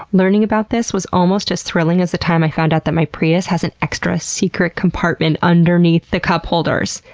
learning about this was almost as thrilling as the time i found out that my prius has an extra secret compartment underneath the cupholders.